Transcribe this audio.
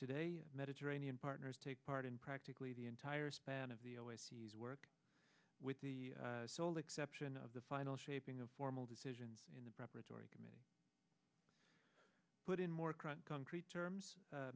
today mediterranean partners take part in practically the entire span of the o ses work with the sole exception of the final shaping of formal decision in the preparatory committee put in more current concrete terms